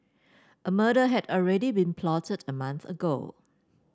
a murder had already been plotted a month ago